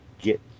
get